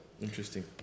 Interesting